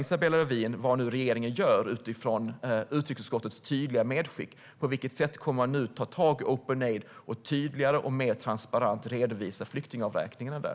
Vad tänker regeringen göra utifrån utrikesutskottets tydliga medskick? På vilket sätt kommer man att ta tag i openaid.se för att tydligare och mer transparent redovisa flyktingavräkningarna där?